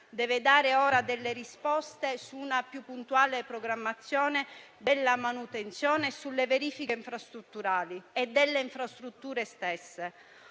deve dare delle risposte su una più puntuale programmazione della manutenzione, sulle verifiche infrastrutturali e delle infrastrutture stesse.